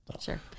sure